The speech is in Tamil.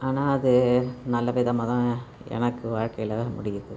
ஆனால் அது நல்ல விதமாக தான் எனக்கு வாழ்க்கையில் முடியுது